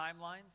timelines